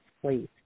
please